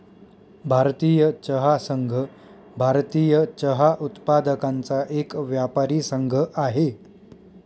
भारतीय चहा संघ, भारतीय चहा उत्पादकांचा एक व्यापारी संघ आहे